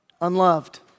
Unloved